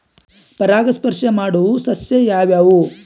ಪರಾಗಸ್ಪರ್ಶ ಮಾಡಾವು ಸಸ್ಯ ಯಾವ್ಯಾವು?